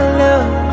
love